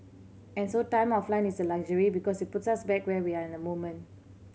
and so time offline is a luxury because it puts us back where we are in the moment